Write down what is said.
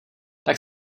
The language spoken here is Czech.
tak